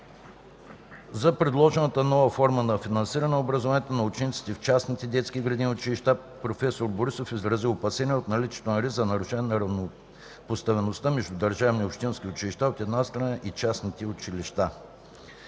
за предложената нова норма за финансиране на образованието на учениците в частните детски градини и училища проф. Борисов изрази опасения от наличието на риск за нарушаване на равнопоставеността между държавни и общински училища, от една страна, и частните училища,